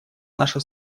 наша